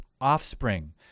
offspring